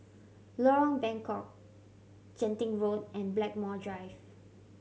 Lorong Bengkok Genting Road and Blackmore Drive